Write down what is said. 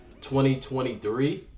2023